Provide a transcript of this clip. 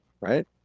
right